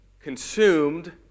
consumed